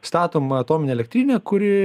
statoma atominė elektrinė kuri